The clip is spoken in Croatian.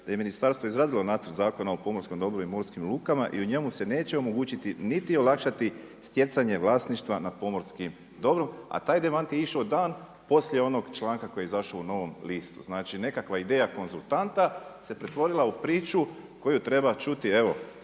da je ministarstvo izradilo nacrt Zakona o pomorskom dobru i morskim lukama i u njemu se neće omogućiti niti olakšati stjecanje vlasništva nad pomorskim dobrom. A taj demant je išao dan poslije onog članka koji je izašao i Novom listu. Znači nekakva ideja konzultanta se pretvorila u priču koju treba čuti evo